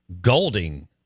Golding